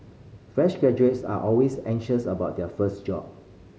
fresh graduates are always anxious about their first job